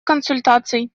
консультаций